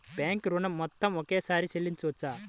Bank ఋణం మొత్తము ఒకేసారి చెల్లించవచ్చా?